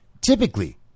Typically